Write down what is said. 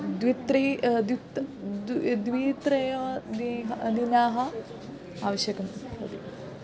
द्वित्राणि द्वित्रि द्वे द्वित्राणि दीनाः दीनाः आवश्यकं भवति